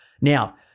Now